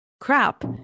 crap